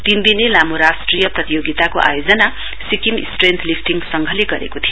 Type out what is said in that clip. तीन दिने लामो राष्ट्रिय प्रतियोगिताको आयोजना सिक्किम स्ट्रेन्थ लिफिटङ संघले गरेको थियो